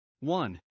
One